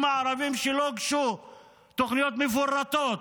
הערביים שלא הוגשו בהם תוכניות מפורטות.